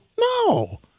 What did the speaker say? No